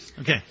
Okay